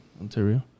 ontario